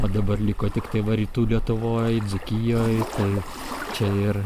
o dabar liko tiktai va rytų lietuvoj dzūkijoj tai čia ir